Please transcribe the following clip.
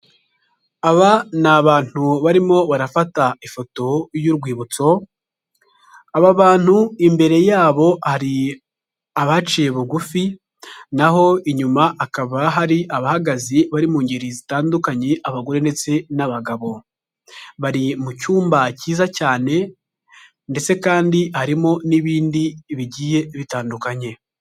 Aba ni abantu barimo barafata ifoto y'urwibutso, aba bantu imbere yabo hari abaciye bugufi naho inyuma hakaba hari abahagaze bari mu ngeri zitandukanye abagore ndetse n'abagabo. Bari mu cyumba cyiza cyane ndetse kandi harimo n'ibindi bigiye bitandukanye.